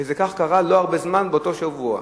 וזה כך קרה, לא הרבה זמן, באותו שבוע.